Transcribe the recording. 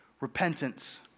repentance